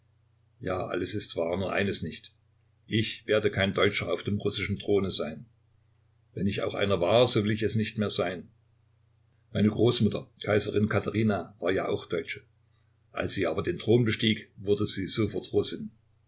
ja alles ist wahr nur eines nicht ich werde kein deutscher auf dem russischen throne sein wenn ich auch einer war so will ich es nicht mehr sein meine großmutter kaiserin katherina war ja auch deutsche als sie aber den thron bestieg wurde sie sofort